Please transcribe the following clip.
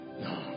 No